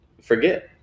forget